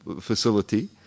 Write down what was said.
facility